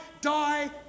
die